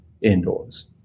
indoors